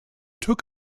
took